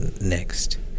next